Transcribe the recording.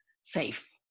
safe